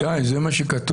ישי, זה מה שכתוב.